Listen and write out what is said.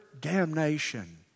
damnation